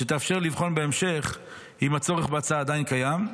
שתאפשר לבחון בהמשך אם הצורך בהצעה עדיין קיים.